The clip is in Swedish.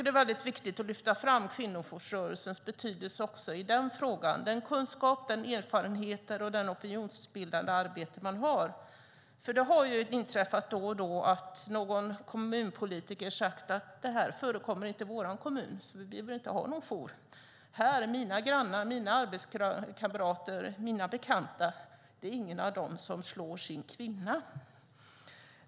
Det är viktigt att lyfta fram kvinnojoursrörelsens betydelse också i denna fråga, och den kunskap och erfarenhet man har och det opinionsbildande arbete man bedriver. Det har nämligen då och då inträffat att någon kommunpolitiker sagt: Detta förekommer inte i vår kommun, så vi behöver inte ha någon jour. Det är ingen av mina grannar, mina arbetskamrater eller mina bekanta som slår sin kvinna.